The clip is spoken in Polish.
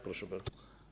Proszę bardzo.